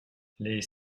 les